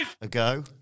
Ago